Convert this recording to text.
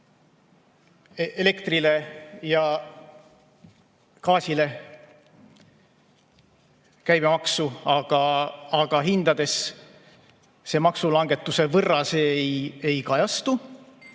elektri ja gaasi käibemaksu, aga hindades see maksulangetuse võrra ei kajastu.